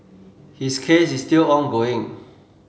his case is still ongoing